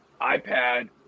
iPad